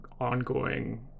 ongoing